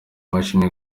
imashini